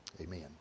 Amen